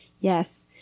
Yes